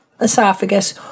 esophagus